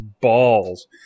balls